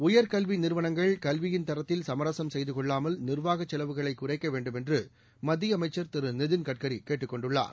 உயர்கல்வி நிறுவனங்கள் கல்வியின் தரத்தில் சமரசம் செய்து கொள்ளாமல் நிர்வாகச் செலவுகளை குறைக்க வேண்டுமென்று மத்திய அமைச்சா் திரு நிதின்கட்கரி கேட்டுக் கொண்டுள்ளார்